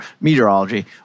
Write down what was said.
meteorology